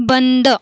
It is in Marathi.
बंद